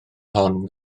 hon